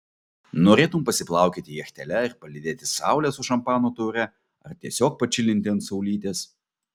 norėtum pasiplaukioti jachtele ir palydėti saulę su šampano taure ar tiesiog pačilinti ant saulytės